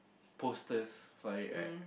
posters for it right